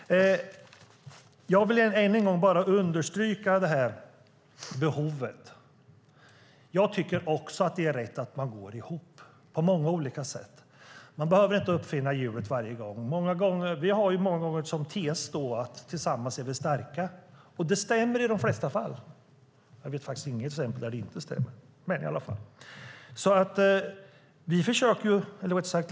Jag vill än en gång understryka behovet. Jag tycker också att det är rätt att man går ihop på många olika sätt. Man behöver inte uppfinna hjulet varje gång. Vi har många gånger som tes att tillsammans är vi starka. Det stämmer i de flesta fall. Jag vet faktiskt inget exempel där det inte stämmer.